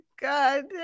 God